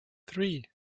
three